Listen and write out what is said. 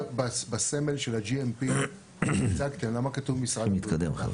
בסמל של ה-GMP למה כתוב משרד הבריאות?